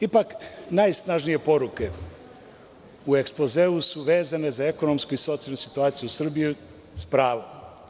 Ipak, najsnažnije poruke u ekspozeu su vezane za ekonomsku i socijalnu situaciju u Srbiji sa pravom.